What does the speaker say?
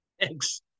Thanks